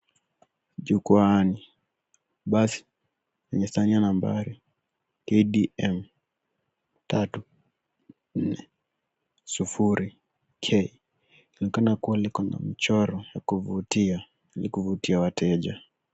Jukwaani. Basi yenye sahani ya nambari KDM 340K linaonekana kuwa liko na mchoro wa kuvutia ili kuvutia wateja.